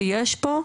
שיש פה באמת,